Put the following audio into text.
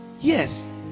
yes